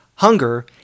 Hunger